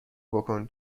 بکن